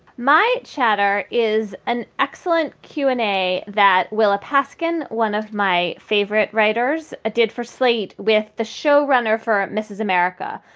my chatter is an excellent q and a that willa paskin, one of my favorite writers, ah did for slate with the show runner for mrs. america.